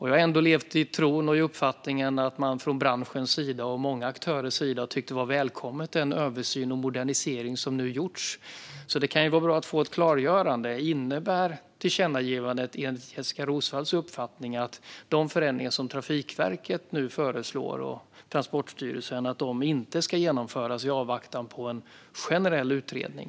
Jag har levt i tron och uppfattningen att man från branschens sida och många aktörers sida har tyckt att det var välkommet med den översyn med förslag om modernisering som nu gjorts. Det kan vara bra att få ett klargörande. Innebär tillkännagivandet enligt Jessika Roswalls uppfattning att de förändringar som Trafikverket och Transportstyrelsen nu förslår inte ska genomföras i väntan på en generell utredning?